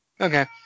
Okay